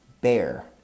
bear